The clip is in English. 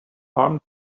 armed